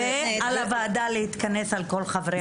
ועל הוועדה להתכנס על כל חברי הוועדה.